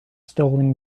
stolen